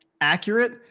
accurate